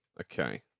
Okay